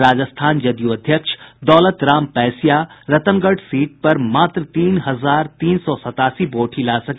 राजस्थान जदयू अध्यक्ष दौलत राम पैसिया रतनगढ़ सीट पर मात्र तीन हजार तीन सौ सतासी वोट ही ला सके